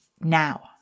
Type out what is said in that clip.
now